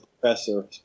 professor